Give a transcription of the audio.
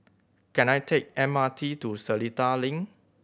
can I take M R T to Seletar Link